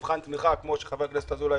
על מבחן תמיכה, כפי שיודע חבר הכנסת אזולאי,